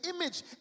image